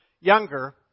younger